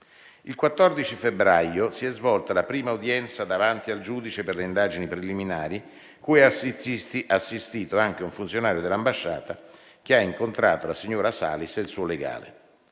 Il 14 febbraio si è svolta la prima udienza davanti al giudice per le indagini preliminari, cui ha assistito anche un funzionario dell'ambasciata, che ha incontrato la signora Salis e il suo legale.